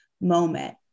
moment